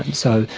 and so,